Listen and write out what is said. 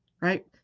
right